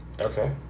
Okay